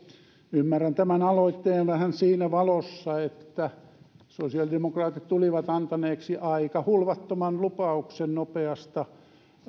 ymmärrän tämän aloitteen vähän siinä valossa että sosiaalidemokraatit tulivat antaneeksi aika hulvattoman lupauksen nopeasta